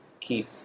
keep